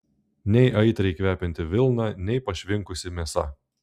nei aitriai kvepianti vilna nei pašvinkusi mėsa